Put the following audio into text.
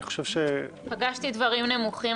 אני חושב --- פגשתי דברים נמוכים,